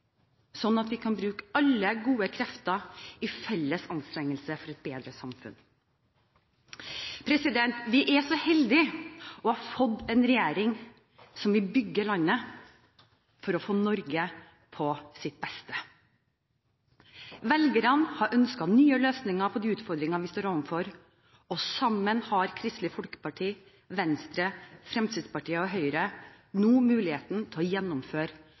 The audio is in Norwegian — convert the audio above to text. sånn at vi kan bruke alle gode krefter i felles anstrengelse for et bedre samfunn Vi er så heldige å ha fått en regjering som vil bygge landet for å få Norge på sitt beste. Velgerne har ønsket nye løsninger på de utfordringene vi står overfor, og sammen har Kristelig Folkeparti, Venstre, Fremskrittspartiet og Høyre nå muligheten til å gjennomføre